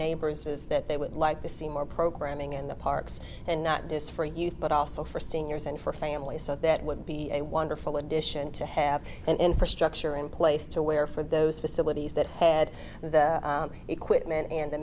neighbors is that they would like to see more programming in the parks and not just for youth but also for seniors and for families so that would be a wonderful addition to have an infrastructure in place to where for those facilities that head the equipment and the